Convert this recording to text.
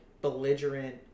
belligerent